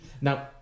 Now